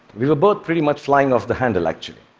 we were both pretty much flying off the handle, actually.